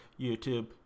YouTube